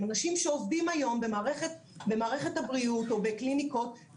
הם אנשים שעובדים היום במערכת הבריאות או בקליניקות,